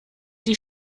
die